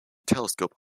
telescope